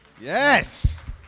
Yes